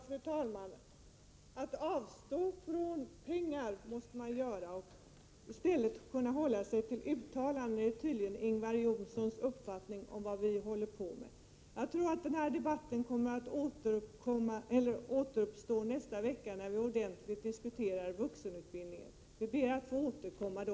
Fru talman! Ingvar Johnssons uppfattning om vår inställning är tydligen att vi vill avstå från att bevilja medel men i stället vill göra uttalanden. Det blir säkerligen tillfälle till en ordentlig debatt om vuxenutbildningen nästa vecka, och jag ber att få återkomma då.